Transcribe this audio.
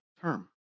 term